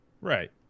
Right